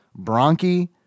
Bronchi